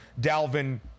Dalvin